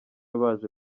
baje